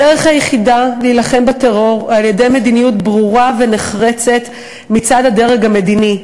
הדרך היחידה להילחם בטרור היא מדיניות ברורה ונחרצת מצד הדרג המדיני.